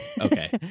Okay